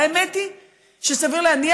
והאמת היא שסביר להניח,